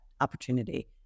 opportunity